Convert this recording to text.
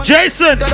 Jason